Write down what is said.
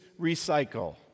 recycle